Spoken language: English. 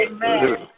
Amen